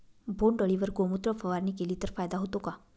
बोंडअळीवर गोमूत्र फवारणी केली तर फायदा होतो का?